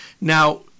Now